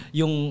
yung